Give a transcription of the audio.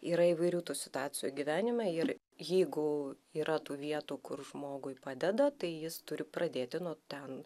yra įvairių tų situacijų gyvenime ir jeigu yra tų vietų kur žmogui padeda tai jis turi pradėti nu ten